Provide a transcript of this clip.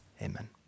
amen